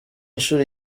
nshuro